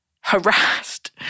harassed